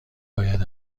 باید